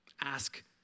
Ask